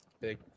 Big